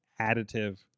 additive